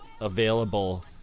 available